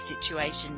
situation